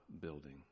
building